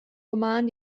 roman